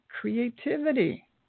creativity